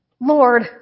Lord